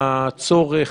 הצורך,